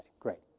great.